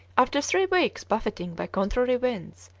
after three weeks' buffeting by contrary winds,